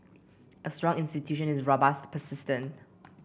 a strong institution is robust persistent